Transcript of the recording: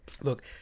Look